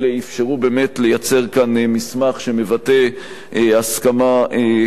באמת לייצר כאן מסמך שמבטא הסכמה כללית.